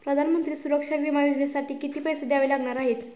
प्रधानमंत्री सुरक्षा विमा योजनेसाठी किती पैसे द्यावे लागणार आहेत?